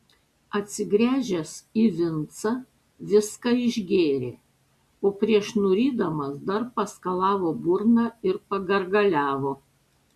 atsigręžęs į vincą viską išgėrė o prieš nurydamas dar paskalavo burną ir pagargaliavo